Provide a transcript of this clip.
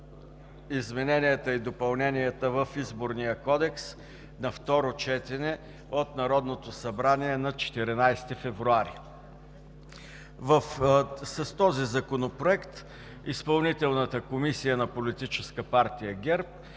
измененията и допълненията в Изборния кодекс на второ четене от Народното събрание на 14 февруари 2019 г. С този законопроект Изпълнителната комисия на Политическа партия ГЕРБ